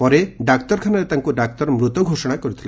ପରେ ଡାକ୍ତରଖାନାରେ ତାଙ୍କୁ ଡାକ୍ତର ମୃତ ଘୋଷଣା କରିଥିଲେ